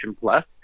Plus